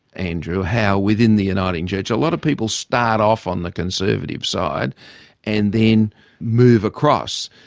andrew, how within the uniting church a lot of people start off on the conservative side and then move across.